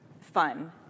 fun